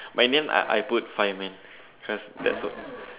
but in the end I I put fireman cause that's what